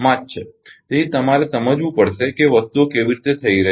તેથી તમારે સમજવું પડશે કે વસ્તુઓ કેવી રીતે થઈ રહી છે